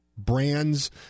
brands